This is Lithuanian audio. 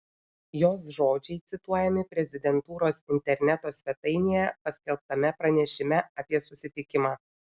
jos žodžiai cituojami prezidentūros interneto svetainėje paskelbtame pranešime apie susitikimą